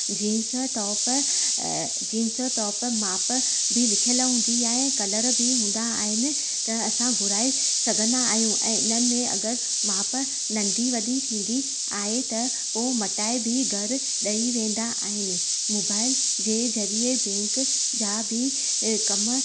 jeans top अ jeans top मापु बि लिखियल हूंदी आहे कलर बि हूंदा आहिनि त असां घुराइ सघंदा आहियूं ऐं इन्हनि में अगरि मापु नंढी वॾी थींदी आहे त उओ मटाइ बि घरु ॾई वेंदा आहिनि मोबाइल जे ज़रिए बैंक जा बि अ कमु